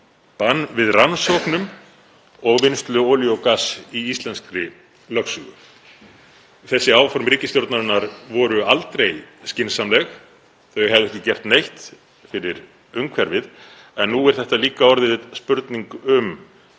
bann við rannsóknum og vinnslu olíu og gass í íslenskri lögsögu? Þessi áform ríkisstjórnarinnar voru aldrei skynsamleg, þau hafa ekki gert neitt fyrir umhverfið en nú er þetta líka orðin spurning um